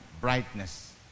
brightness